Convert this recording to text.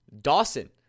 Dawson